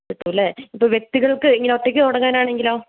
കിട്ടൂല്ലേ ഇപ്പോൾ വ്യക്തികൾക്ക് ഇങ്ങനെ ഒറ്റക്ക് തുടങ്ങാൻ ആണെങ്കിലോ